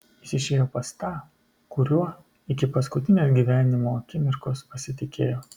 jis išėjo pas tą kuriuo iki paskutinės gyvenimo akimirkos pasitikėjo